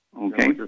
Okay